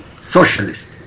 Socialist